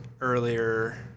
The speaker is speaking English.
earlier